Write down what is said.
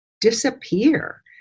disappear